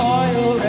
oil